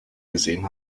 gesehen